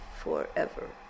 forever